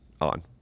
on